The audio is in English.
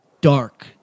dark